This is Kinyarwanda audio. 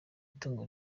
itungo